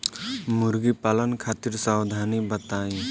मुर्गी पालन खातिर सावधानी बताई?